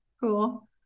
cool